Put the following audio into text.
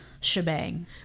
shebang